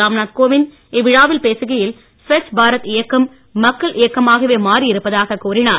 ராம்நாத் கோவிந்த் இவ்விழாவில் பேசுகையில் ஸ்வச் பாரத் இயக்கம் மக்கள் இயக்கமாகவே மாறி இருப்பதாகக் கூறினார்